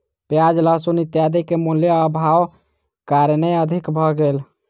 प्याज लहसुन इत्यादि के मूल्य, अभावक कारणेँ अधिक भ गेल